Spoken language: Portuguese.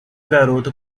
garota